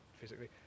physically